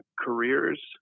careers